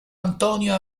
antonio